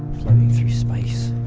i mean through space.